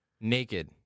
naked